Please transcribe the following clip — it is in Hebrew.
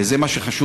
וזה מה שחשוב,